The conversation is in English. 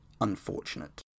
unfortunate